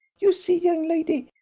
you see, young lady,